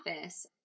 office